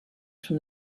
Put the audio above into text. from